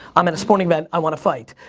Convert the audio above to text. i'm at a sporting event, i wanna fight.